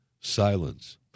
silence